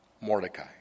Mordecai